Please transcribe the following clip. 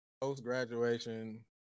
post-graduation